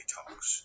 Talks